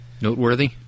noteworthy